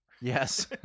Yes